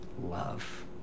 love